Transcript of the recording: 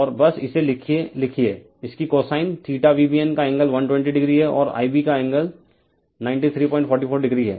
refer slide time 1613 और बस इसे लिखिए इसकी कोसाइन VBN का एंगल 120 o है और Ib का एंगल 9344 o है